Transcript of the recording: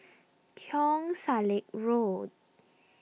Keong Saik Road